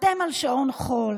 אתם על שעון חול.